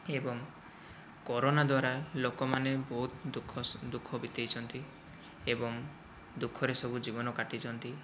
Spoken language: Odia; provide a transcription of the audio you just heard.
ଏବଂ କରୋନା ଦ୍ୱାରା ଲୋକମାନେ ବହୁତ ଦୁଃଖ ବିତେଇଛନ୍ତି ଏବଂ ଦୁଃଖରେ ସବୁ ଜୀବନ କାଟିଛନ୍ତି